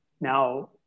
now